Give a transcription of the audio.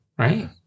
Right